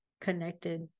connected